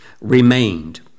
remained